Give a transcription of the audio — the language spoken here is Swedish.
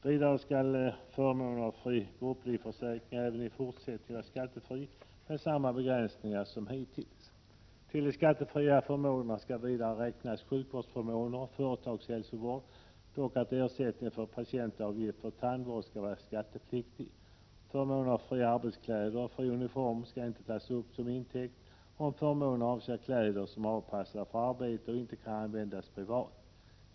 Vidare skall förmån av fri grupplivförsäkring även i fortsättningen vara skattefri med samma begränsningar som hittills. Till de skattefria förmånerna skall vidare räknas sjukvårdsförmåner och företagshälsovård, dock att ersättning för patientavgift vid tandvård skall vara skattepliktig. Förmån av fria arbetskläder och fri uniform skall inte tas upp som intäkt, om förmånen avser kläder som är avpassade för arbetet och inte kan användas privat.